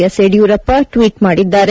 S Yediyurappa tweet ಮಾಡಿದ್ದಾರೆ